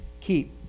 keep